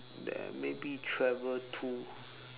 then maybe travel to